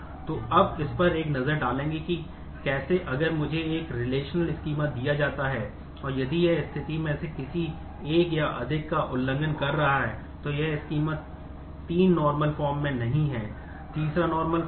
तो अब इस पर एक नज़र डालेंगे कि कैसे अगर मुझे एक रिलेशनल कर सकते हैं